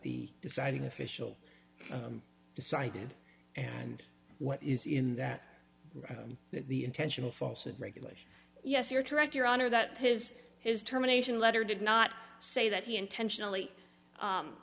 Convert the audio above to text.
the deciding official decided and what is in that that the intentional false and regulation yes you're correct your honor that his his terminations letter did not say that he intentionally